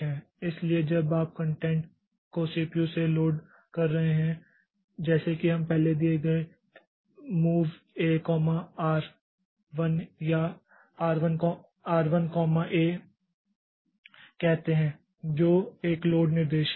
इसलिए जब आप कॉंटेंट को सीपीयू से लोड कर रहे हैं जैसे कि हम पहले दिए गए एमओवी ए कॉमा आर 1 या आर 1 कॉमा ए कहते हैं जो एक लोड निर्देश है